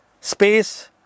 space